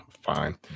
Fine